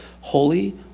Holy